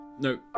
no